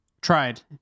Tried